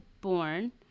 born